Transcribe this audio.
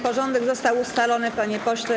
Porządek został ustalony, panie pośle.